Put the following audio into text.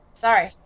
Sorry